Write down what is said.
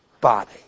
body